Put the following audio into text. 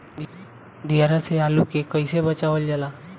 दियार से आलू के कइसे बचावल जाला?